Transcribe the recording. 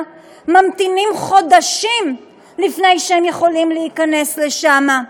וממתינים חודשים לפני שהם יכולים להיכנס לשם.